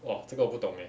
!wah! 这个我不懂 eh